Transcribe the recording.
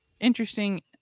Interesting